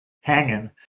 hanging